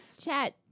Chat